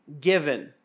given